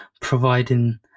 providing